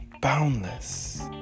boundless